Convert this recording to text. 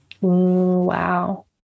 Wow